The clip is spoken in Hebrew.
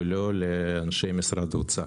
ולא לאנשי משרד האוצר